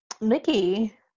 Mickey